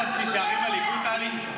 את חושבת שאת תישארי בליכוד, טלי?